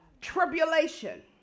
tribulation